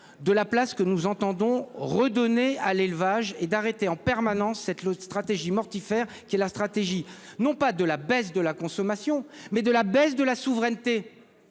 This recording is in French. de la place que nous entendons redonner à l'élevage et d'arrêter en permanence sept l'autre stratégie mortifère qui est la stratégie. Non pas de la baisse de la consommation mais de la baisse de la souveraineté.